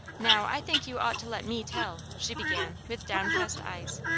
now i think you ought to let me tell, she began, with downcast eyes.